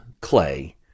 Clay